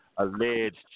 Alleged